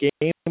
game